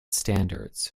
standards